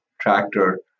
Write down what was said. tractor